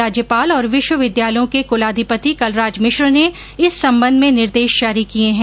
राज्यपाल और विश्वविद्यालयों के कुलाधिपति कलराज मिश्र ने इस सम्बन्ध में निर्देश जारी किये हैं